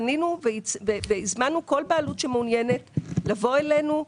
פנינו והזמנו כל בעלות שמעוניינת לבוא אלינו,